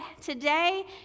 Today